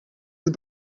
het